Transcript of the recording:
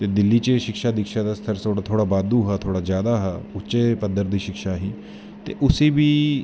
ते दिल्ली च शिक्षा दिक्षा दा स्तर थोह्ड़ा बाद्दू हा थोह्ड़ा जादा हा उच्चे पद्दर दी शिक्षा ही ते उसी बी